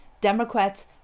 Democrats